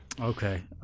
Okay